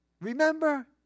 Remember